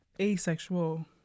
asexual